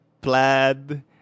plaid